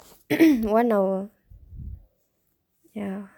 one hour ya